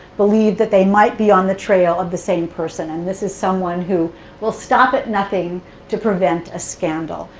believe that they might be on the trail of the same person. and this is someone who will stop at nothing to prevent a scandal.